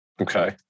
Okay